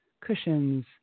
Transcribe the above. cushions